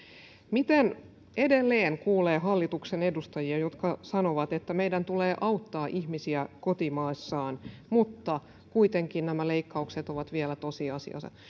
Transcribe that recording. edelleen kuulee hallituksen edustajia jotka sanovat että meidän tulee auttaa ihmisiä kotimaassaan ja kuitenkin nämä leikkaukset ovat vielä tosiasia